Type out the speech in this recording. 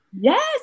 Yes